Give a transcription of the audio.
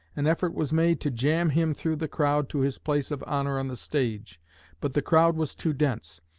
an effort was made to jam him through the crowd to his place of honor on the stage but the crowd was too dense.